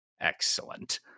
excellent